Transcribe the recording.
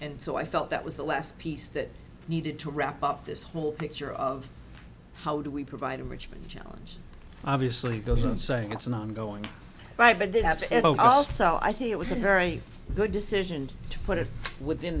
and so i felt that was the last piece that needed to wrap up this whole picture of how do we provide a richmond challenge obviously goes without saying it's an ongoing right but they have to also i think it was a very good decision to put it within